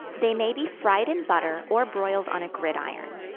they may be fried in butter, or broiled on a gridiron.